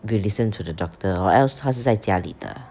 you listen to the doctor or else 他是在家里的